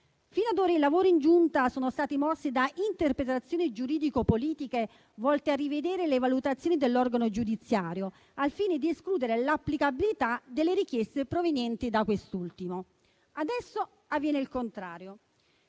Fino ad ora i lavori in Giunta sono stati mossi da interpretazioni giuridico-politiche volte a rivedere le valutazioni dell'organo giudiziario al fine di escludere l'applicabilità delle richieste provenienti da quest'ultimo. Adesso avviene il contrario.